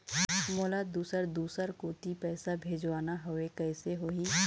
मोला दुसर दूसर कोती पैसा भेजवाना हवे, कइसे होही?